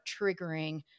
triggering